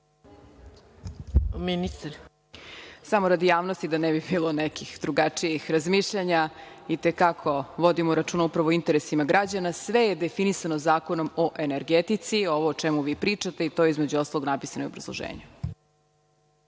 Mihajlović** Samo radi javnosti, da ne bi bilo nekih drugačijih razmišljanja. Itekako vodimo računa upravo o interesima građana. Sve je definisano Zakonom o energetici, ovo o čemu vi pričate i to je, između ostalog, napisano u obrazloženju.